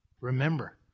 Remember